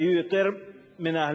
היו יותר מנהלים,